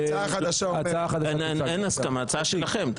ההצעה היא שלכם.